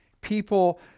people